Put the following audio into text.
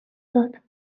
داد